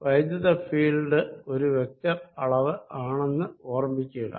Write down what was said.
electric field ഒരു vector അളവ് ആണെന്ന് ഓർമ്മിക്കുക